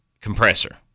compressor